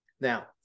Now